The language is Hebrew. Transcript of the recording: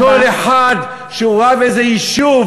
לא כל אחד שהוא רב איזה יישוב,